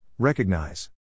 Recognize